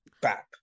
bap